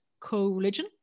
Co-religion